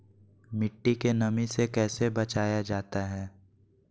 मट्टी के नमी से कैसे बचाया जाता हैं?